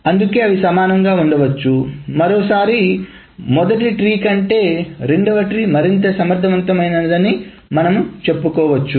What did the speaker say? అందుకే అవి సమానంగా ఉండవచ్చు మరియు మరోసారి మొదటి ట్రీ కంటే రెండవ ట్రీ మరింత సమర్థవంతమైనదని మనము చెప్పవచ్చు